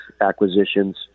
acquisitions